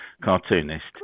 cartoonist